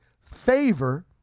favor